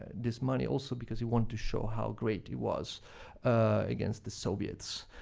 this money, also, because he wanted to show how great he was against the soviets.